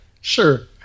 Sure